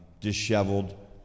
disheveled